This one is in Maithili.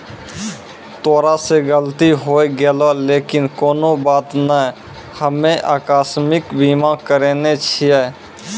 तोरा से गलती होय गेलै लेकिन कोनो बात नै हम्मे अकास्मिक बीमा करैने छिये